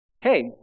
Hey